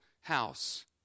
house